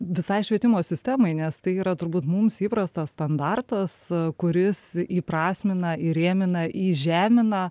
visai švietimo sistemai nes tai yra turbūt mums įprastas standartas kuris įprasmina įrėmina į žemina